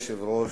ואחריו,